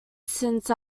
since